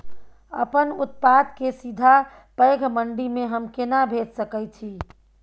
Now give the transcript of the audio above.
अपन उत्पाद के सीधा पैघ मंडी में हम केना भेज सकै छी?